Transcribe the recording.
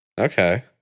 Okay